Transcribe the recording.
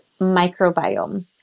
microbiome